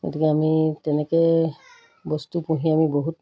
গতিকে আমি তেনেকৈ বস্তু পুহি আমি বহুত